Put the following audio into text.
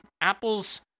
apple's